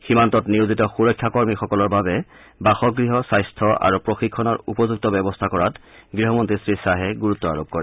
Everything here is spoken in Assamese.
সীমান্তত নিয়োজিত সুৰক্ষা কৰ্মীসকলৰ বাবে বাসগৃহ স্বাস্থ্য আৰু প্ৰশিক্ষণৰ উপযুক্ত ব্যৱস্থা কৰাত গৃহমন্ত্ৰী শ্ৰীশ্বাহে গুৰুত্ব আৰোপ কৰে